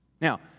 Now